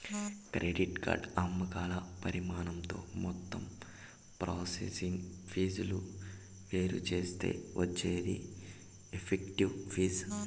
credit card అమ్మకాల పరిమాణంతో మొత్తం ప్రాసెసింగ్ ఫీజులు వేరుచేత్తే వచ్చేదే ఎఫెక్టివ్ ఫీజు